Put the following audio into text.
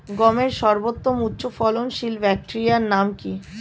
গমের সর্বোত্তম উচ্চফলনশীল ভ্যারাইটি নাম কি?